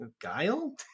Guile